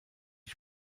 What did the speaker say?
die